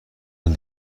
این